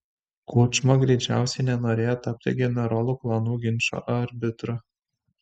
kučma greičiausiai nenorėjo tapti generolų klanų ginčo arbitru